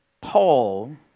Paul